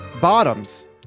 Bottoms